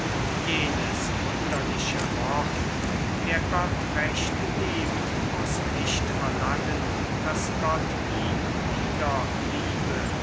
jenes wunderliche wort wer gott recht liebt muß nicht verlangen daß gott ihn wieder liebe